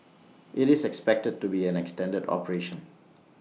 IT is expected to be an extended operation